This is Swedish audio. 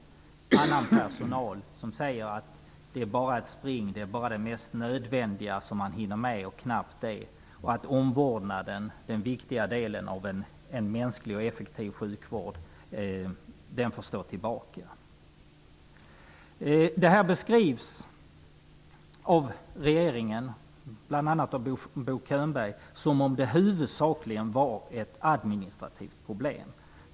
Annan personal säger att det bara är spring. Det är bara det mest nödvändiga man hinner med och knappt det. Omvårdnaden, den viktiga delen av en mänsklig och effektiv sjukvård, får stå tillbaka. Det här beskrivs av regeringen, bl.a. av Bo Könberg, som om det huvudsakligen var ett administrativt problem.